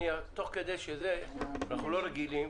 אני תוך כדי שזה אנחנו לא רגילים,